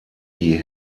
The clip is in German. die